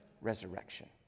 resurrection